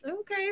Okay